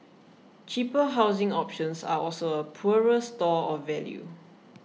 cheaper housing options are also a poorer store of value